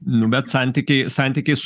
nu bet santykiai santykiai su